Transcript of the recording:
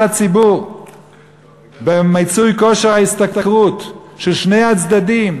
הציבור במיצוי כושר ההשתכרות של שני הצדדים,